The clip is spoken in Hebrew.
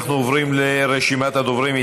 אנחנו עוברים לרשימת הדוברים.